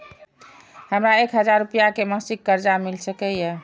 हमरा एक हजार रुपया के मासिक कर्जा मिल सकैये?